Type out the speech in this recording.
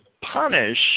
punish